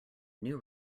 new